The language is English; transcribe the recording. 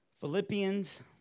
Philippians